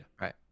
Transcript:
right